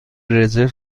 رزرو